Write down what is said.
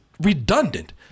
redundant